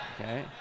Okay